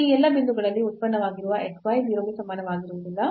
ಇಲ್ಲಿ ಈ ಎಲ್ಲಾ ಬಿಂದುಗಳಲ್ಲಿ ಉತ್ಪನ್ನವಾಗಿರುವ x y 0 ಗೆ ಸಮನಾಗಿರುವುದಿಲ್ಲ